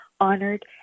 honored